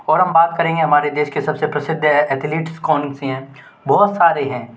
और हम बात करेंगे हमारे देश के सब से प्रसिद्ध ऐथ्लीट्स कौन से हैं बहुत सारे हैं